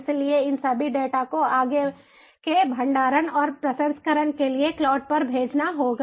इसलिए इन सभी डेटा को आगे के भंडारण और प्रसंस्करण के लिए क्लाउड पर भेजना होगा